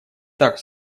так